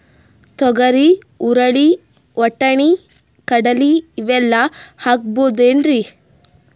ತೊಗರಿ, ಹುರಳಿ, ವಟ್ಟಣಿ, ಕಡಲಿ ಇವೆಲ್ಲಾ ಹಾಕಬಹುದೇನ್ರಿ?